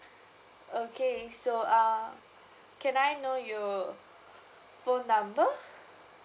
okay so uh can I know your phone number